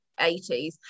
80s